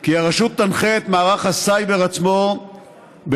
כי הרשות תנחה את מערך הסייבר עצמו בכל